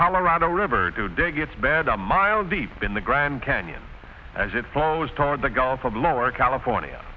colorado river to dig it's bad a mile deep in the grand canyon as it flows toward the gulf of lower california